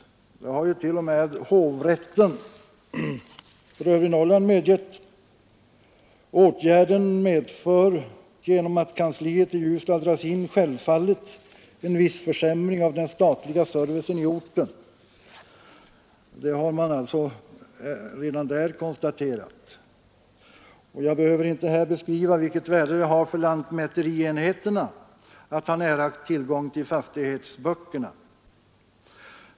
Det har ju t.o.m. hovrätten för Övre Norrland medgivit genom följande uttalande: ”Åtgärden medför genom att kansliet i Ljusdal dras in självfallet en viss försämring av den statliga servicen i orten.” Detta har man alltså redan där konstaterat. Jag behöver inte heller beskriva vilket värde det har för lantmäterienheterna att ha nära tillgång till fastighetsböckerna.